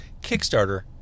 Kickstarter